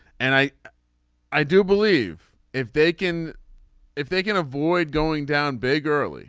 and i i do believe if they can if they can avoid going down big early